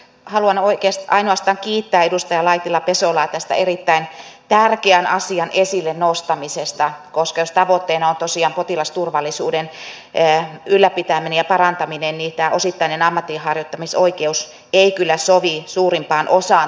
haluan ainoastaan kiittää edustaja laitinen pesolaa tästä erittäin tärkeän asian esille nostamisesta koska jos tavoitteena on tosiaan potilasturvallisuuden ylläpitäminen ja parantaminen niin tämä osittainen ammatinharjoittamisoikeus ei kyllä sovi suurimpaan osaan terveydenhuollon ammatteja